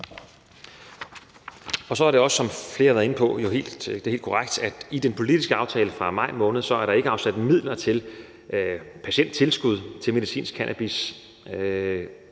Så er det også, som flere har været inde på, jo helt korrekt, at der i den politiske aftale fra maj måned ikke er afsat midler til patienttilskud til medicinsk cannabis